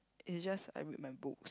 it's just I read my books